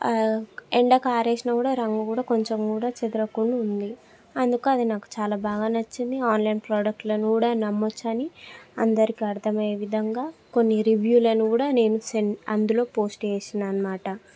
ఎండకి ఆరేసినా కూడా రంగు కూడా కొంచెం కూడా చెదరకుండా ఉంది అందుకు అది నాకు చాలా బాగా నచ్చింది ఆన్లైన్ ప్రోడక్ట్లని కూడా నమ్మొచ్చని అందరికీ అర్థమయ్యే విధంగా కొన్ని రివ్యూలను కూడా నేను సెండ్ అందులో పోస్ట్ చేసిన అన్నమాట